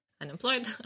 unemployed